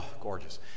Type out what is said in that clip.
gorgeous